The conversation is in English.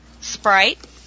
Sprite